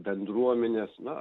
bendruomenės na